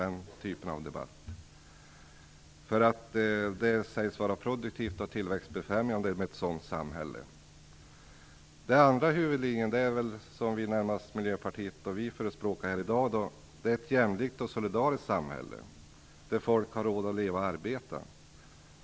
Den typen av debatt har förts. Ett sådant samhälle sägs vara tillväxtbefrämjande och produktivt. Den andra huvudlinjen förespråkas främst av Miljöpartiet och Vänsterpartiet här i dag. Den innebär ett jämlikt och solidariskt samhälle, där folk har råd att leva och arbeta.